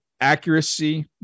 accuracy